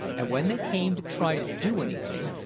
and when they came to try to do anything,